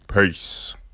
Peace